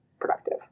productive